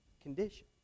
condition